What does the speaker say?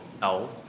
No